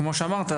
כמו שאמרת,